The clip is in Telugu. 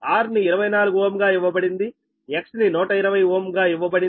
R ని 24 Ω గా ఇవ్వబడిందిX ని 120 Ω గా ఇవ్వబడింది